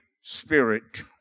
Spirit